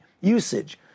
usage